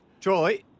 Troy